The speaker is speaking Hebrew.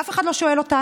ואף אחד לא שואל אותנו.